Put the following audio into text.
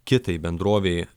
kitai bendrovei